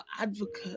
advocate